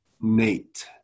Nate